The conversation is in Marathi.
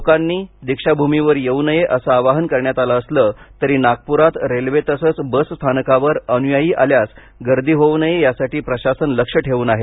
लोकांनी दीक्षाभुमीवर येऊनये असं आवाहन करण्यात आलं असलं तरी नागपुरात रेल्वे तसंच बस स्थानकावर अनुयायी आल्यास गर्दी होऊ नये यासाठी प्रशासन लक्ष ठेवून आहे